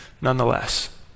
nonetheless